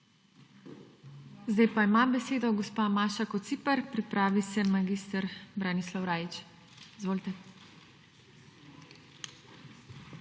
Zdaj pa ima besedo gospa Maša Kociper, pripravi se mag. Branislav Rajić. Izvolite.